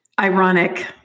ironic